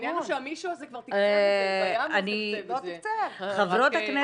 העניין הוא שהמישהו הזה כבר תקצב את זה -- חברות הכנסת